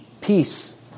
peace